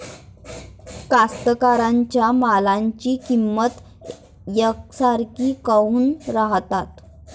कास्तकाराइच्या मालाची किंमत यकसारखी काऊन राहत नाई?